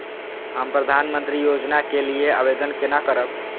हम प्रधानमंत्री योजना के लिये आवेदन केना करब?